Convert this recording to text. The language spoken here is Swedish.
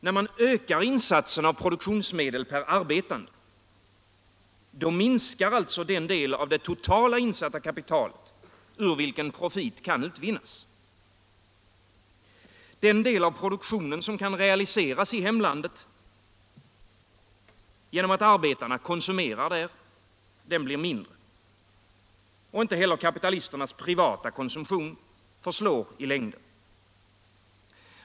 När man ökar insatsen av produktionsmedel per arbetande — då minskar alltså den del av det totala insatta kapitalet, ur vilken profit kan utvinnas. Den del av produktionen som kan realiseras 1 hemlandet. genom att arbetarna konsumerar där, blir mindre. Inte heller kapitalisternas privata konsumtion förslår i längden.